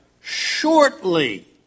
shortly